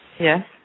Yes